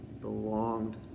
belonged